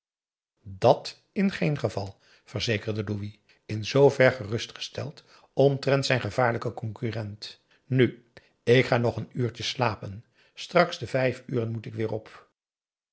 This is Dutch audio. dàt in geen geval verzekerde louis in zoover gerustgesteld omtrent zijn gevaarlijken concurrent nu ik ga nog n uurtje slapen straks te vijf uren moet ik weêr op